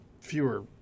fewer